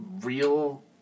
real